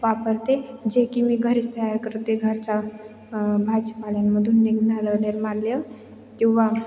वापरते जे की मी घरीच तयार करते घरच्या भाजीपाल्यांमधून निघणारं निर्माल्य किंवा